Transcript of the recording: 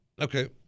Okay